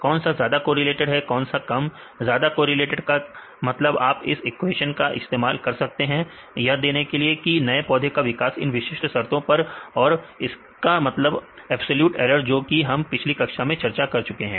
कौन सा ज्यादा कोरिलेटेड है और कौन सा कम ज्यादा कोरिलेटेड का मतलब आप इस इक्वेशन का इस्तेमाल कर सकते हैं यह देने के लिए नए पौधे का विकास इन विशिष्ट शर्तों पर और इसका मतलब अबसलूट एरर जो कि हम पिछली कक्षा में चर्चा कर चुके हैं